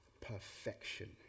perfection